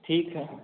ठीक है